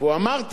אמרתי לך: